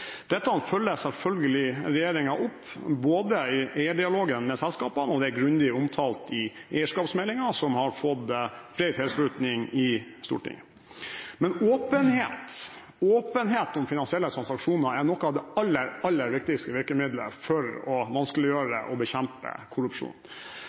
Dette følger selvfølgelig regjeringen opp i eierdialogen med selskapene, og det er grundig omtalt i eierskapsmeldingen, som har fått bred tilslutning i Stortinget. Men åpenhet om finansielle transaksjoner er noe av det aller viktigste virkemiddelet for å